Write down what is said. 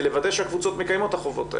לוודא שהקבוצות מקיימות את החובות האלה.